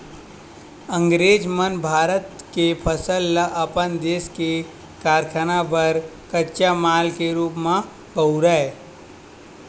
अंगरेज मन भारत के फसल ल अपन देस के कारखाना बर कच्चा माल के रूप म बउरय